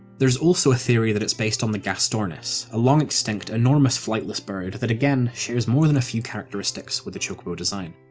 there's also a theory that it's based on the gastornis, a long extinct enormous flightless bird that again, shares more than a few characteristics with the chocobo design.